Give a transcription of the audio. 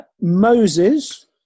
Moses